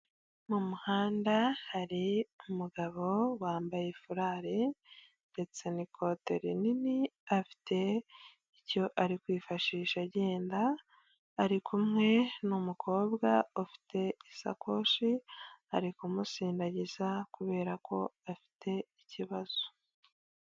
Mu muhanda hari umugabo wambaye furari ndetse n'ikote rinini afite icyo ari kwifashisha agenda, ari kumwe n'umukobwa ufite isakoshi, ari kumusindagiza kubera ko afite ikibazo.